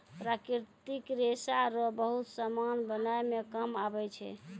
प्राकृतिक रेशा रो बहुत समान बनाय मे काम आबै छै